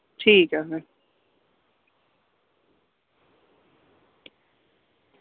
ठीक ऐ फिर